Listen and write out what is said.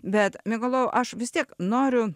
bet mykalojau aš vis tiek noriu